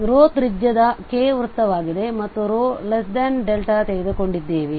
ಆದ್ದರಿಂದ ತ್ರಿಜ್ಯದ K ವೃತ್ತವಾಗಿದೆ ಮತ್ತು ρδ ತೆಗೆದುಕೊಂಡಿದ್ದೇವೆ